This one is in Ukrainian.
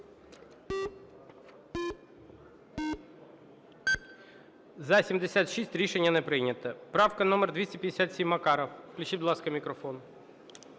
За-76 Рішення не прийнято. Правка номер 257, Макаров. Включіть, будь ласка, мікрофон.